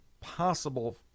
possible